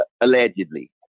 allegedly